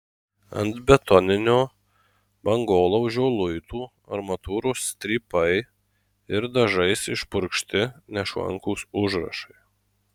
ant betoninio bangolaužio luitų armatūros strypai ir dažais išpurkšti nešvankūs užrašai